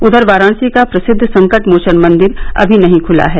उधर वाराणसी का प्रसिद्व संकटमोचन मंदिर अभी नहीं खुला है